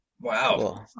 Wow